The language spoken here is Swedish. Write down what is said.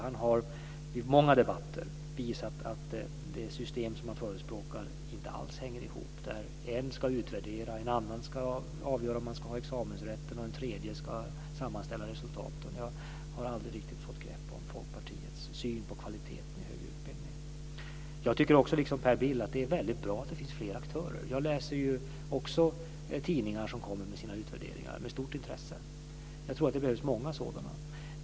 Han har i många debatter visat att det system som han förespråkar inte alls hänger ihop där en ska utvärdera, en annan ska avgöra om man ska ha examensrätten och en tredje ska sammanställa resultaten. Jag har aldrig riktigt fått grepp om Folkpartiets syn på kvaliteten i högre utbildning. Jag tycker också som Per Bill att det är väldigt bra med flera aktörer. Jag läser också tidningar som kommer med sina utvärderingar med stort intresse. Jag tror att det behövs många sådana.